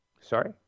Sorry